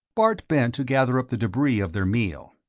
bart bent to gather up the debris of their meal.